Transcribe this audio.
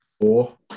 four